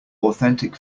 authentic